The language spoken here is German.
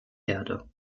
erde